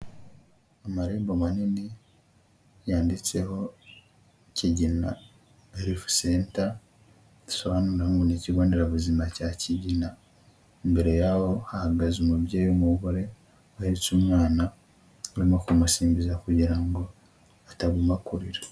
Amarembo manini yanditseho Kigina herifu senta, bisobanura ni ikigonderabuzima cya Kigina, imbere yaho hahagaze umubyeyi w'umugore, ahetse umwana urimo kumusimbiza kugira ngo ataguma kurira.